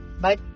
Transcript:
Bye